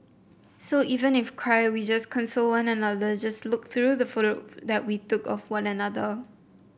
so even if cry we just console one another just look through the photo that we took with one another